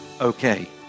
okay